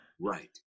right